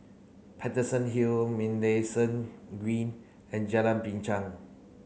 Paterson Hill Minlayson Green and Jalan Binchang